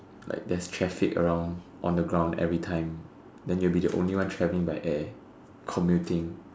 like there's traffic around on the ground every time then you'll be the only one traveling by air commuting